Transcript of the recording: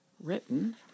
written